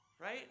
right